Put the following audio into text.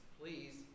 please